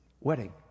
wedding